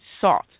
salt